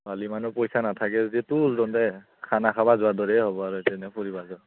খালি ইমানো পইচা নাথাকে যদি দে খানা খাব যোৱাৰ দৰেই হ'ব আৰু তেনে